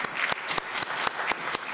(מחיאות כפיים)